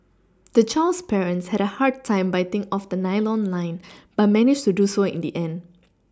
the child's parents had a hard time biting off the nylon line but managed to do so in the end